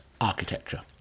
architecture